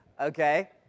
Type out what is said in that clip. Okay